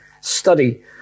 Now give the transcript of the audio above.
study